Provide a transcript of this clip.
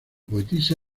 poetisa